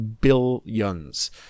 billions